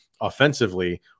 offensively